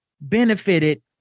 benefited